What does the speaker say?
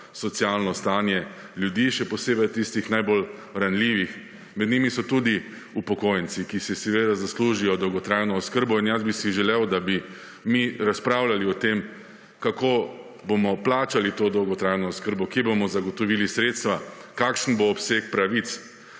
socialno stanje ljudi, še posebej tistih najbolj ranljivih. Med njimi so tudi upokojenci, ki si seveda zaslužijo dolgotrajno oskrbo. In jaz bi si želel, da bi mi razpravljali o tem, kako bomo plačali to dolgotrajno oskrbo, kje bomo zagotovili sredstva, kakšen bo obseg pravic.